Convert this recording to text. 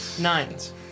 Nines